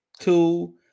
two